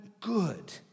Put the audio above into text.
good